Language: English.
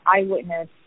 eyewitness